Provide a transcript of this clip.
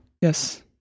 Yes